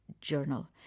journal